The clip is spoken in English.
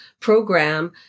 program